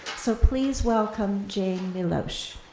so please welcome jane milosh.